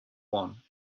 one